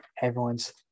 Everyone's